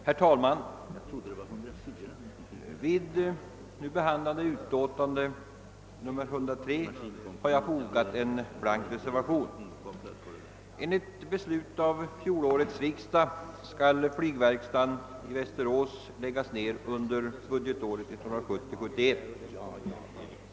Herr talman! Vid behandlingen i utskottet har jag antecknat en blank reservation till statsutskottets utlåtande nr 103. Enligt beslut av fjolårets riksdag skall flygverkstaden i Västerås läggas ned under budgetåret 1970/71.